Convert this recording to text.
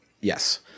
Yes